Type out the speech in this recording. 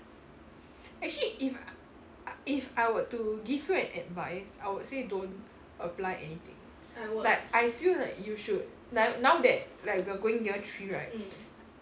actually if I if I were to give you an advice I would say don't apply anything like I feel like you should like now that like you are going year three right eat